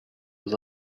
was